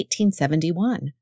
1871